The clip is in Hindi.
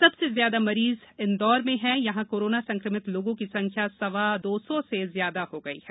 सबसे ज्यादा मरीज इंदौर में हैं यहां कोरोना संक्रमित लोगों की संख्या सवा दो सौ से ज्यादा हो गई है